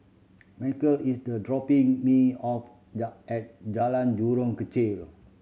Markel is the dropping me off the at Jalan Jurong Kechil